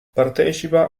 partecipa